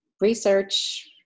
research